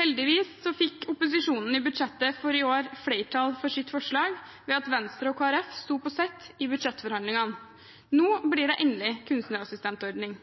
Heldigvis fikk opposisjonen i budsjettet for i år flertall for sitt forslag ved at Venstre og Kristelig Folkeparti sto på sitt i budsjettforhandlingene. Nå blir det endelig